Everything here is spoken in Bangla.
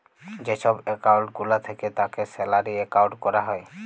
যে ছব একাউল্ট গুলা থ্যাকে তাকে স্যালারি একাউল্ট ক্যরা যায়